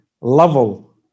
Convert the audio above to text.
level